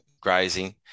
grazing